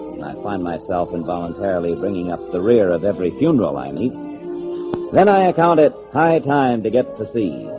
i find myself involuntarily bringing up the rear of every funeral i meet then i account it high time to get to see